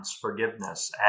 forgiveness